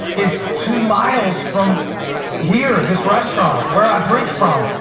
it's two miles from here, this restaurant, where i preach from.